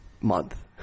month